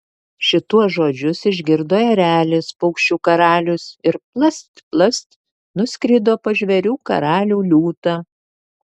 šituos žodžius išgirdo erelis paukščių karalius ir plast plast nuskrido pas žvėrių karalių liūtą